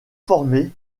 formé